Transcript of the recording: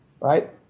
right